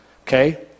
Okay